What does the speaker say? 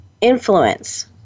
influence